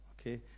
okay